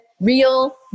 Real